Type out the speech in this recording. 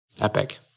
epic